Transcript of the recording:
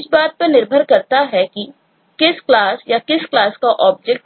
इस बात पर निर्भर करता है कि किस क्लास के आधार